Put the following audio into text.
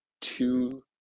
two